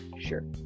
sure